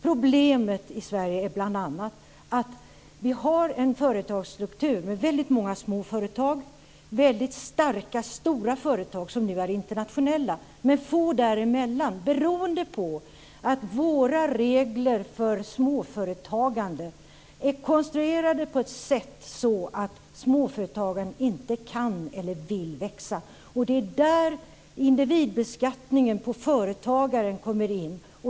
Problemet i Sverige är bl.a. att vi har en företagsstruktur med väldigt många små företag, väldigt starka stora företag som nu är internationella men väldigt få däremellan beroende på att våra regler för småföretagande är konstruerade på ett sådant sätt att småföretagen inte kan eller vill växa. Det är där individbeskattningen av företagare kommer in.